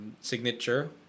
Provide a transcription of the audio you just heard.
signature